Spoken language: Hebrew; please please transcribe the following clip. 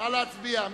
נא להצביע.